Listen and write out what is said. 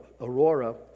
Aurora